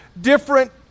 different